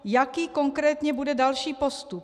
Jaký konkrétně bude další postup?